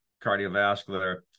cardiovascular